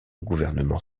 gouvernement